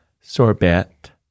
sorbet